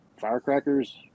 firecrackers